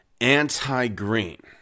anti-green